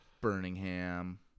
Birmingham